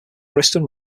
bristol